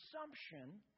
assumption